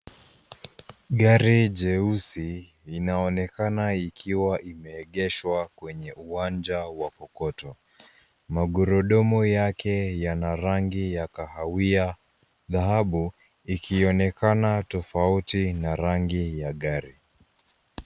Gari jeusi inaonekana ikiwa imeegeshwa kwenye uwanja wa kokoto. Magurudumu yake yana rangi ya kahawia dhahabu ikionekana tofauti na rangi ya gari.